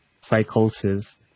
psychosis